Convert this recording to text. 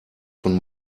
von